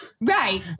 Right